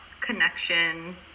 connection